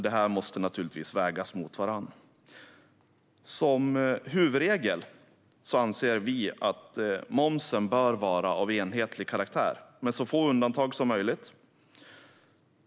De måste naturligtvis vägas mot varandra. Som huvudregel anser vi socialdemokrater att momsen bör vara av enhetlig karaktär med så få undantag som möjligt.